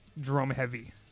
drum-heavy